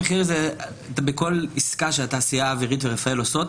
בכל עסקה שהתעשייה האווירית ורפאל עושות,